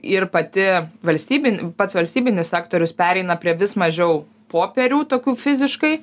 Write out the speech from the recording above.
ir pati valstybin pats valstybinis sektorius pereina prie vis mažiau popierių tokių fiziškai